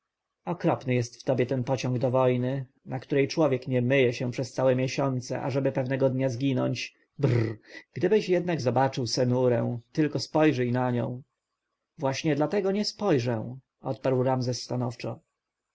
okropny jest w tobie ten pociąg do wojny na której człowiek nie myje się przez całe miesiące ażeby pewnego dnia zginąć brr gdybyś jednak zobaczył senurę tylko spojrzyj na nią właśnie dlatego nie spojrzę odparł ramzes stanowczo